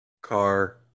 Car